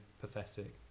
pathetic